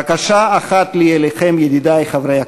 בקשה אחת לי אליכם, ידידי חברי הכנסת,